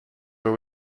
were